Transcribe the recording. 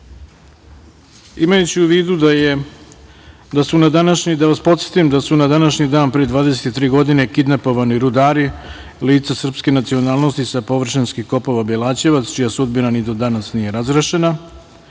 imajući u vidu, da vas podsetim, da su na današnji dan pre 23 godine kidnapovani rudari - lica srpske nacionalnosti sa površinskih kopova Belaćevac, čija sudbina ni do danas nije razrešena. Želim